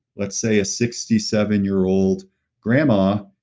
let's say, a sixty seven year old grandma.